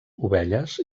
ovelles